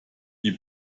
die